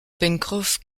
pencroff